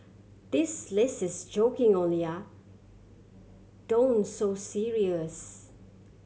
this list is joking only ah don't so serious